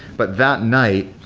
but that night,